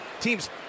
teams